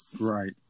Right